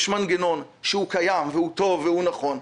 יש מנגנון שקיים והוא טוב והוא נכון.